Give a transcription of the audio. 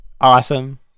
awesome